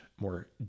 more